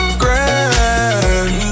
grand